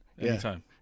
anytime